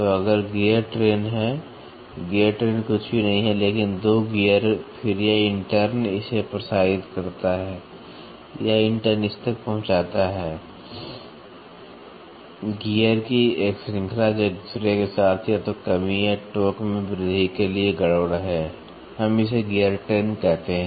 तो अगर gear train है गियर ट्रेन कुछ भी नहीं है लेकिन 2 गीयर फिर यह इंटर्न इसे प्रसारित करता है यह इंटर्न इस तक पहुंचाता है गियर की एक श्रृंखला जो एक दूसरे के साथ या तो कमी या टोक़ में वृद्धि के लिए गड़बड़ है हम इसे गियर ट्रेन कहते हैं